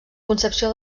concepció